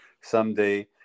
someday